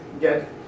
get